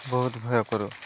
ବହୁତ ଭୟ କରୁ